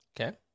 Okay